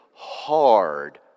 hard